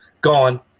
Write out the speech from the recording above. Gone